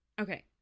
Okay